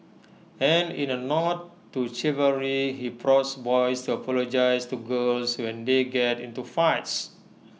and in A nod to chivalry he prods boys to apologise to girls when they get into fights